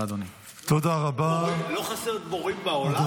תודה, אדוני.